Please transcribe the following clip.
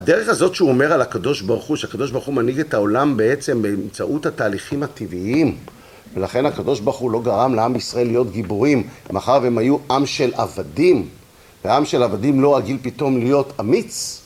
הדרך הזאת שהוא אומר על הקדוש ברוך הוא, שהקדוש ברוך הוא מנהיג את העולם בעצם באמצעות התהליכים הטבעיים, ולכן הקדוש ברוך הוא לא גרם לעם ישראל להיות גיבורים, מאחר והם היו עם של עבדים, ועם של עבדים לא רגיל פתאום להיות אמיץ